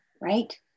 right